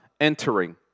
entering